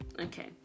okay